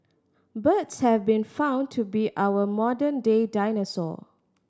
birds have been found to be our modern day dinosaur